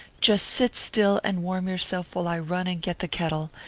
just sit still and warm yourself while i run and get the kettle.